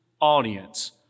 audience